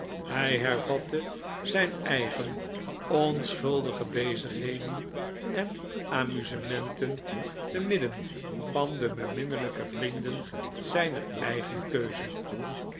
hij hervatte zijn eigen onschuldige bezigheden en amusementen te midden van de beminnelijke vrienden zijner eigen keuze